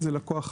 זה לקוח חדש,